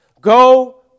Go